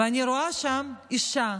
ואני רואה שם אישה